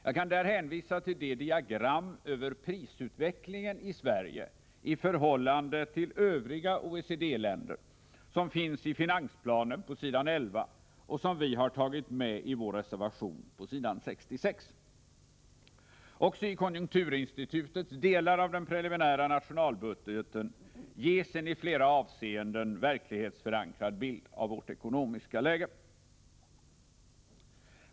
Jag kan där hänvisa till det diagram över prisutvecklingen i Sverige i förhållande till övriga OECD länder som finns i finansplanen på s. 11 och som vi tagit med i vår reservation pås. 66. Också i konjunkturinstitutets delar av den preliminära nationalbudgeten ges en i flera avseenden verklighetsförankrad bild av vårt ekonomiska läge.